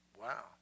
wow